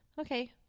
Okay